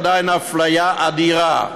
עדיין אפליה אדירה.